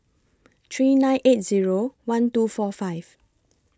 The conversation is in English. three nine eight Zero one two four five